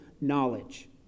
knowledge